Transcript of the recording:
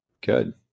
Good